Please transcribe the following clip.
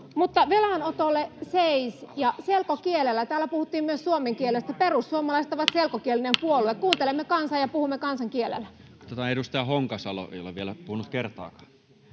Mutta velanotolle seis, ja selkokielellä. Täällä puhuttiin myös suomen kielestä. Perussuomalaiset on selkokielinen puolue. Kuuntelemme kansaa ja puhumme kansan kielellä. Edustaja Honkasalo ei ole vielä puhunut kertaakaan.